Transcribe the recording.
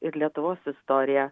ir lietuvos istorija